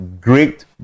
great